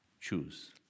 choose